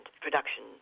production